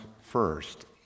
first